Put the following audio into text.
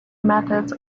methods